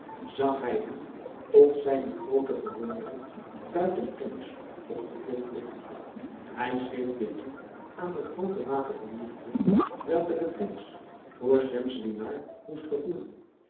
zag hij hem tot zijne groote verwondering buiten kennis op den grond liggen hij schreef dit toe aan de groote mate van liefde welke de prins voor schemselnihar moest gevoelen